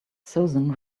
susan